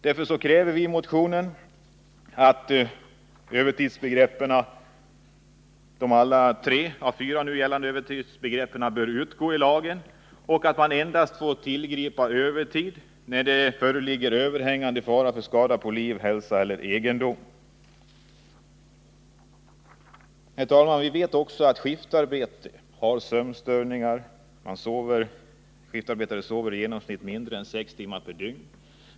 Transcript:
Därför kräver vi i motionen att tre av de nu fyra gällande övertidsbegreppen skall utgå ur lagen och att man får tillgripa övertid endast när det föreligger överhängande fara för skada på liv, hälsa och egendom. Herr talman! Vi vet också att skiftarbetare drabbas av sömnstörningar. De sover i genomsnitt mindre än sex timmar per dygn.